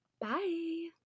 Bye